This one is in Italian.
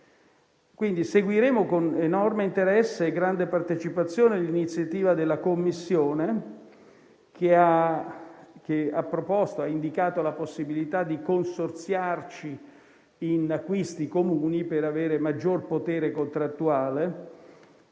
quindi con enorme interesse e grande partecipazione l'iniziativa della Commissione che ha indicato la possibilità di consorziarci in acquisti comuni per avere maggior potere contrattuale,